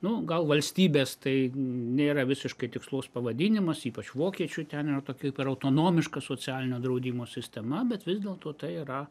nu gal valstybės tai nėra visiškai tikslus pavadinimas ypač vokiečių ten yra tokia kaip ir autonomiška socialinio draudimo sistema bet vis dėlto tai yra